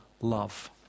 love